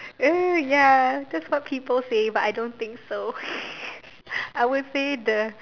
uh ya that's what people say but I don't think so I would say the